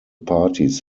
parties